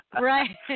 Right